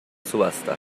subasta